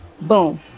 boom